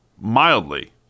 mildly